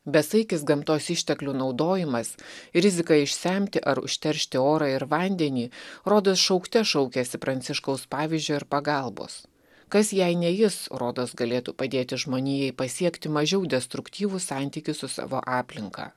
besaikis gamtos išteklių naudojimas rizika išsemti ar užteršti orą ir vandenį rodos šaukte šaukiasi pranciškaus pavyzdžio ir pagalbos kas jei ne jis rodos galėtų padėti žmonijai pasiekti mažiau destruktyvų santykį su savo aplinka